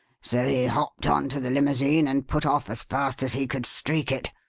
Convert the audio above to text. so he hopped on to the limousine and put off as fast as he could streak it.